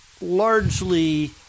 largely